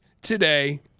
today